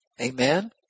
Amen